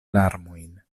larmojn